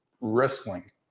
wrestling